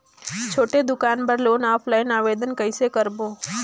छोटे दुकान बर लोन ऑफलाइन आवेदन कइसे करो?